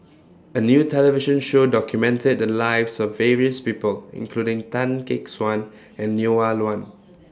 A New television Show documented The Lives of various People including Tan Gek Suan and Neo Wa Luan